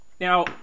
now